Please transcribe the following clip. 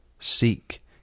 Seek